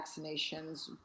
vaccinations